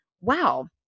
wow